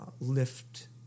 lift